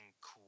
cool